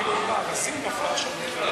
אני